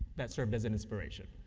that served as an inspiration?